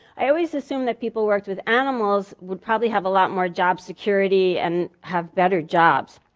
i always assumed that people worked with animals would probably have a lot more job security and have better jobs.